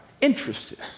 interested